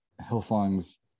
Hillsong's